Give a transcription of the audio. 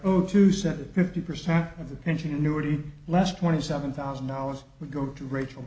oh to send fifty percent of the pension annuity less twenty seven thousand dollars would go to rachel